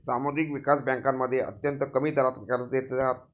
सामुदायिक विकास बँकांमध्ये अत्यंत कमी दरात कर्ज देतात